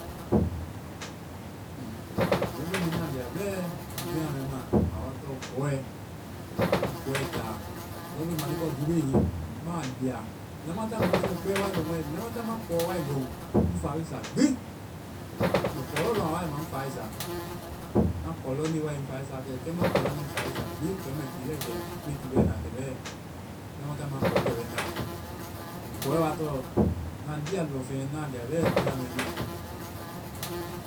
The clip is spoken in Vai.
Lɔŋfeŋ mu na lia bɛ dunya mɛ ma, awa tɔŋ, kɔɛ. I kɔɛ taa. Lɔŋfeŋ mande bɔ gbi be hiŋi ma lia. Lamataŋ mɛ lɔŋfeŋ wae lɔŋ, lamataŋ ma kɔ wae loŋ, ŋ fa be sa gbi. Mɛ kɔ lɔ loŋ. A wae ma ŋ fai sa. Na kɔ lɔŋnde, ŋ fae sa. Kɛ ma kɔ lɔŋnde, ŋ fa be sa gbi. Kɛ mu mɛ ki bɛ kɛ-me ki bɛna kɛ bɛ lamataŋ ma kɔ kɛ wɛ ŋ la. Kɔmu kɔɛ wa tɔŋ na lia lɔmfeŋ, na lia bɛ dunya mɛ ma.